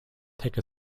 take